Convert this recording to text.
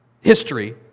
history